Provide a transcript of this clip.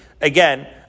again